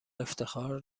افتخار